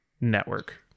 network